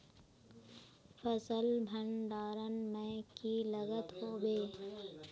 फसल भण्डारण में की लगत होबे?